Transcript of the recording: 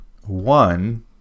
one